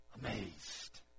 amazed